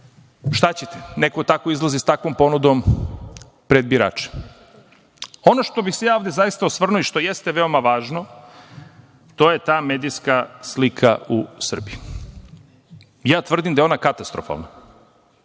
šta ćete, neko izlazi sa takvom ponudom pred birače. Ono na šta bih se ja zaista osvrnuo i što jeste veoma važno to je ta medijska slika u Srbiji. Tvrdim da je ona katastrofalna